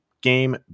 game